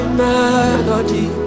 melody